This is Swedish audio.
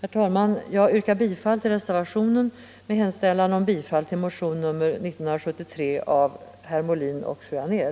Herr talman! Jag yrkar bifall till reservationen med hemställan om bifall till motionen 1973 av herr Molin och fru Anér.